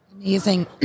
Amazing